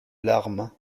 larme